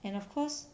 and of course